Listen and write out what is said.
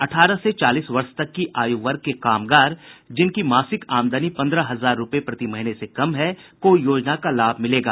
अठारह से चालीस वर्ष तक की आयु वर्ग के कामगार जिनकी मासिक आमदनी पन्द्रह हजार रूपये प्रति महीने से कम है को योजना का लाभ मिलेगा